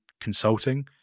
consulting